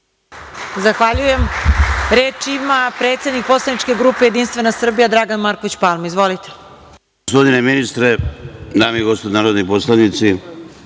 Zahvaljujem. Reč ima predsednik poslaničke grupe Jedinstvena Srbija Dragan Marković Palma. Izvolite. **Dragan D. Marković** Gospodine ministre, dame i gospodo narodni poslanici,